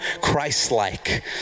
Christ-like